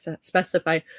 specify